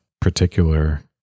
particular